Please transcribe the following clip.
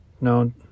no